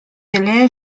élèves